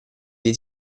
dei